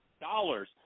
dollars